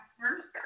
first